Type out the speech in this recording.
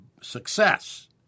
success